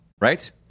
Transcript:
right